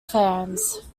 fans